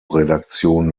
redaktion